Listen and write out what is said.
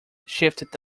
shifted